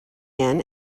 yan